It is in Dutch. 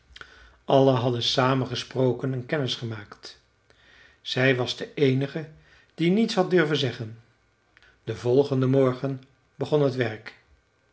allen hadden samen gesproken en kennis gemaakt zij was de eenige die niets had durven zeggen den volgenden morgen begon het werk